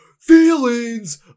feelings